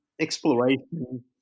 exploration